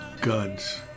Guns